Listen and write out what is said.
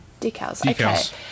Decals